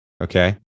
Okay